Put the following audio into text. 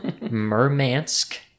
Murmansk